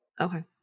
okay